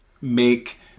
make